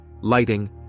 lighting